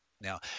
Now